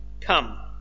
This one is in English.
come